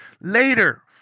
Later